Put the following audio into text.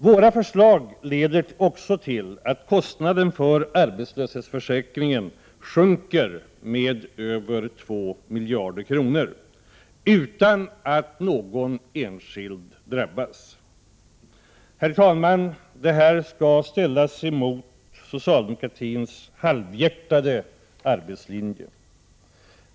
Våra förslag leder också till att kostnaden för arbetslöshetsföräkringen sjunker med över 2 miljarder kronor utan att någon enskild drabbas. Herr talman! Det här skall ställas mot socialdemokratins halvhjärtade arbetslinje.